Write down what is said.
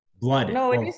blood